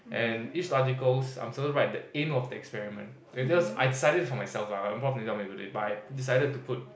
and each articles I'm supposed to write the aim of the experiment this one is I decided it for myself lah my prof didn't tell me to do this but I decided to put